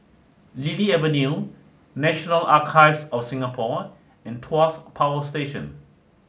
Lily Avenue National Archives of Singapore and Tuas Power Station